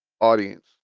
audience